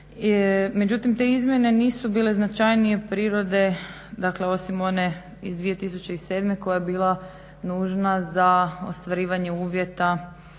Međutim te izmjene nisu bile značajnije prirode dakle osim one iz 2007.koja je bila nužna za ostvarivanje uvjeta